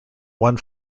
one